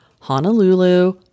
Honolulu